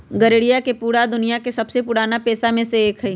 गरेड़िया पूरा दुनिया के सबसे पुराना पेशा में से एक हई